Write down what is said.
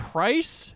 Price